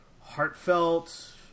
heartfelt